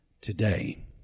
today